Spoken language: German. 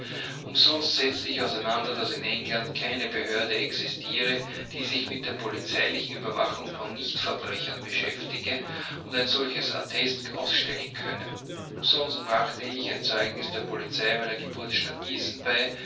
umsonst setzte ich auseinander daß in england keine behörde existiere die sich mit der polizeilichen überwachung von nichtverbrechern beschäftige und ein solches attest ausstellen könne umsonst brachte ich ein zeugnis der polizei meiner geburtsstadt gießen bei